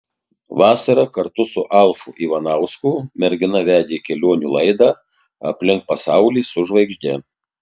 vasarą kartu su alfu ivanausku mergina vedė kelionių laidą aplink pasaulį su žvaigžde